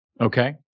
Okay